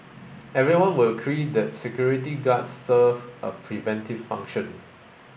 everyone will agree that security guards serve a preventive function